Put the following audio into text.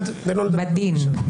בדין.